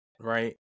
right